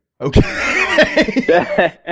Okay